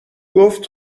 گفت